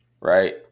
right